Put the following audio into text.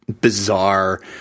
bizarre